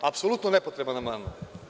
Apsolutno nepotreban amandman.